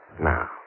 Now